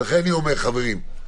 לכן אני אומר: חברים,